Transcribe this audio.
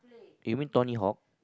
you mean Tony-Hawk